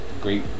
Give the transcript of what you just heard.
Great